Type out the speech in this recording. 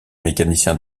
mécaniciens